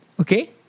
okay